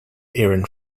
aaron